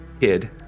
kid